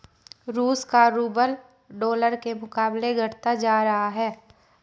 रूस का rouble dollar के मुकाबले घटता जा रहा है